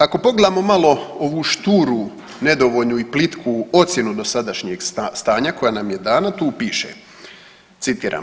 Ako pogledamo malo ovu šturu, nedovoljnu i plitku ocjenu dosadašnjeg stanja koja nam je dana, tu piše citira.